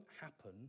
happen